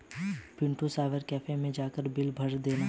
Pintu cyber cafe मैं जाकर bill भर देना